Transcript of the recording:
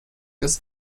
des